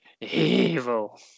evil